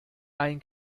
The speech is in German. ein